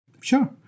Sure